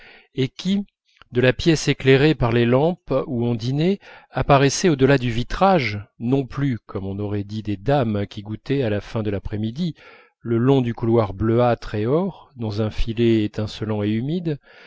et qui de la pièce éclairée par les lampes où on dînait apparaissaient au delà du vitrage non plus comme on aurait dit des dames qui goûtaient à la fin de l'après-midi le long du couloir bleuâtre et or dans un filet étincelant et humide